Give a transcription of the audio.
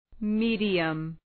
Medium